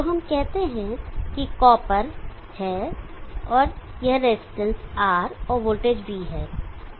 तो हम कहते हैं कि कॉपर है और यह रजिस्टेंस R और वोल्टेज V है